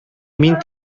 мин